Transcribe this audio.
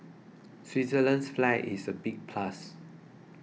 Switzerland's flag is a big plus